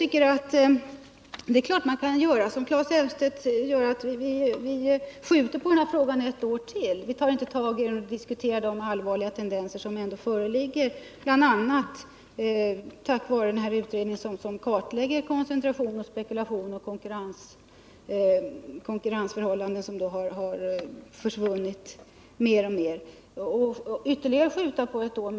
Claes Elmstedt vill skjuta på frågan ett år till och inte ta tag i och diskutera de allvarliga tendenser som föreligger, bl.a. på grund av den här utredningen som kartlägger koncentration, spekulation och konkurrensförhållanden, utan vi skjuter på det ytterligare ett år.